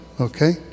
okay